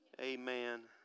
Amen